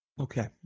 Okay